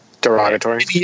derogatory